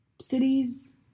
cities